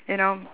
you know